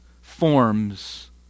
forms